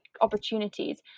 opportunities